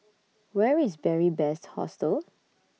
Where IS Beary Best Hostel